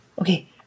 Okay